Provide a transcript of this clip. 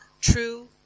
true